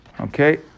Okay